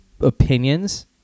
opinions